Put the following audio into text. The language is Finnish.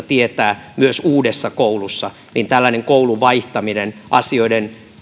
tietää myös uudessa koulussa tällainen koulun vaihtaminen asioiden